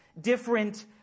different